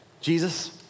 Jesus